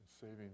saving